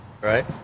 right